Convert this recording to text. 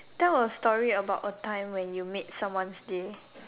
tell a story about a time when you made someone's day